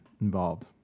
involved